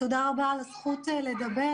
תודה רבה על הזכות לדבר.